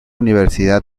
universidad